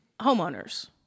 Homeowners